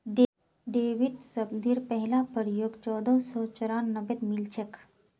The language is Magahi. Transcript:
डेबिट शब्देर पहला प्रयोग चोदह सौ चौरानवेत मिलछेक